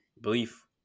belief